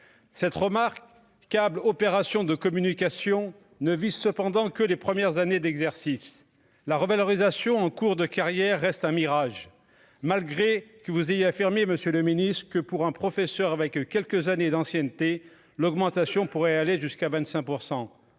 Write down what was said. cette remarque câble opération de communication ne vise cependant que les premières années d'exercice, la revalorisation en cours de carrière reste un mirage malgré que vous ayez à fermier, Monsieur le Ministre, que pour un professeur avec quelques années d'ancienneté l'augmentation pourrait aller jusqu'à 25